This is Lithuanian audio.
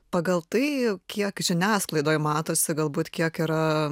pagal tai kiek žiniasklaidoj matosi galbūt kiek yra